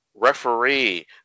referee